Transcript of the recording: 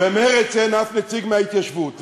במרצ אין אף נציג מההתיישבות.